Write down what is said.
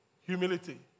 humility